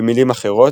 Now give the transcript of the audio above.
במילים אחרות,